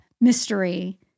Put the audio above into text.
mystery